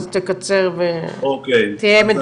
אז תקצר ותהיה מדויק.